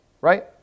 Right